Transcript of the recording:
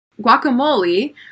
Guacamole